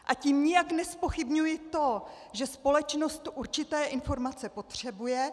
A tím nijak nezpochybňuji to, že společnost určité informace potřebuje.